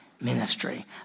ministry